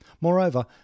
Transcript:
Moreover